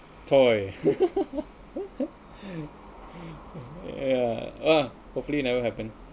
!choy! ya uh hopefully never happen